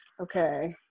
Okay